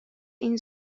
این